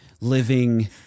living